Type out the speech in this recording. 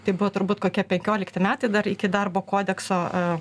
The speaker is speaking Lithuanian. tai buvo turbūt kokie penkiolikti metai dar iki darbo kodekso